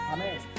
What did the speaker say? Amen